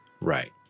right